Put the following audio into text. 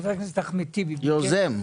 חבר הכנסת ביקש -- יוזם,